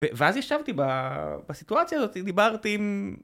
ואז ישבתי בסיטואציה הזאת, דיברתי עם...